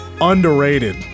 underrated